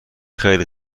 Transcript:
خیلی